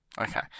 Okay